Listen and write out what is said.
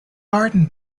garden